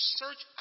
search